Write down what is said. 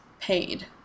paid